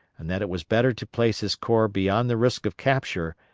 and that it was better to place his corps beyond the risk of capture,